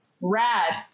Rad